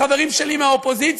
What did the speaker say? חברים שלי מהאופוזיציה,